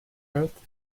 earth